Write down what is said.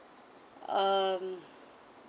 um